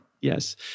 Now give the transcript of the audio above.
Yes